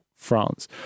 france